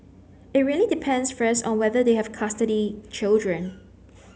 it really depends first on whether they have custody children